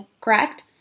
correct